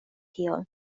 tion